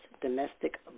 Domestic